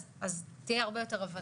אז תהיה הרבה יותר הבנה.